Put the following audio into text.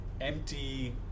empty